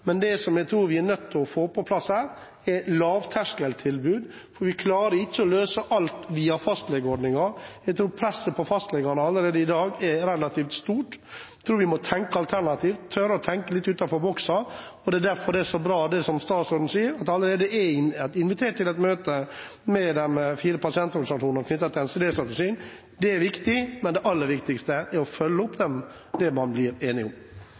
er lavterskeltilbud, for vi klarer ikke å løse alt via fastlegeordningen. Jeg tror presset på fastlegene er relativt stort allerede i dag. Jeg tror vi må tenke alternativt, tørre å tenke litt utenfor boksen. Det er derfor det er så bra det som statsråden sier, at det allerede er invitert til et møte med de fire pasientorganisasjonene knyttet til NCD-strategien. Det er viktig, men det aller viktigste er å følge opp det man blir enig om.